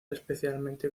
especialmente